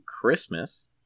Christmas